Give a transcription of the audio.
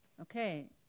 Okay